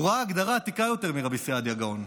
הוא ראה הגדרה עתיקה יותר מרבי סעדיה גאון,